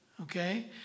okay